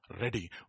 ready